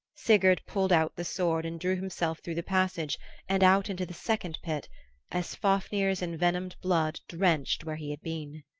sigurd pulled out the sword and drew himself through the passage and out into the second pit as fafnir's envenomed blood drenched where he had been.